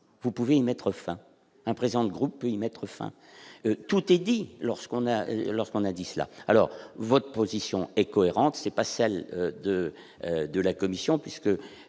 vous pouvez y mettre fin, un président de groupe et y mettre fin, tout est dit, lorsqu'on a lorsqu'on a dit cela, alors votre position et cohérente, c'est pas celle de de la commission puisque